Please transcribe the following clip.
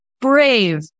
brave